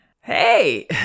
hey